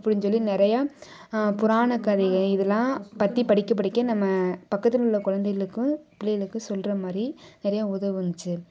அப்டின்னு சொல்லி நிறையா புராண கதைகள் இதெலாம் பற்றி படிக்க படிக்க நம்ம பக்கத்தில் உள்ள குழந்தைங்களுக்கும் பிள்ளைகளுக்கும் சொல்கிற மாதிரி நிறையா உதவுச்சு